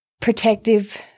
protective